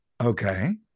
Okay